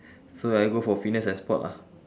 so I go for fitness and sport lah